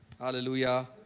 Hallelujah